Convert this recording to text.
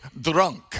drunk